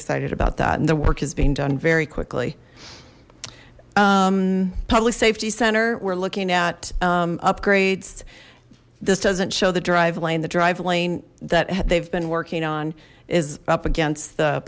excited about that and the work is being done very quickly public safety center we're looking at upgrades this doesn't show the drive lane the drive lane that they've been working on is up against the